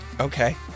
okay